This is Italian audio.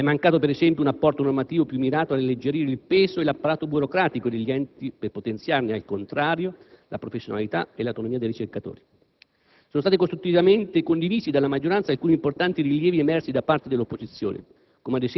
E' mancato, per esempio, un apporto normativo più mirato ad alleggerire il peso e l'apparato burocratico degli enti, per potenziarne, al contrario, la professionalità e l'autonomia dei ricercatori. Sono stati costruttivamente condivisi dalla maggioranza alcuni importanti rilievi emersi da parte dell'opposizione: